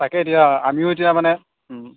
তাকে এতিয়া আমিও এতিয়া মানে ও